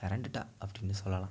மிரண்டுட்டா அப்படின்னு சொல்லலாம்